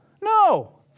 no